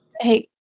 Hey